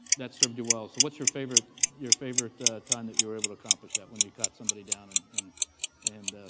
that's served you well. so what's your favorite your favorite time that you were able to accomplish that? when you got somebody down and and and